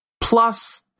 Plus